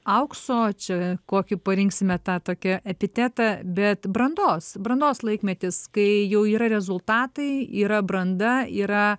aukso čia kokį parinksime tą tokį epitetą bet brandos brandos laikmetis kai jau yra rezultatai yra branda yra